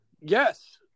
yes